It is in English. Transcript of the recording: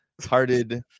Hearted